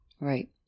Right